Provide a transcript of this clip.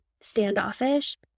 standoffish